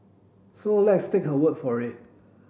so let's take her word for it